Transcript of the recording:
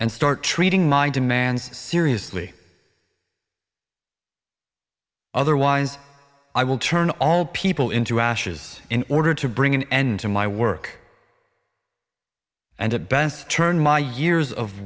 and start treating my demands seriously otherwise i will turn all people into ashes in order to bring an end to my work and at best turn my years of